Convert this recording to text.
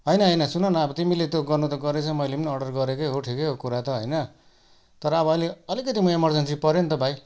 होइन होइन सुन न अब तिमीले त्यो गर्नु त गरेछौ मैले पनि अर्डर गरेकै हो ठिकै हो कुरा त होइन तर अब अहिले अलिकति म एमर्जेन्सी पर्यो नि त भाइ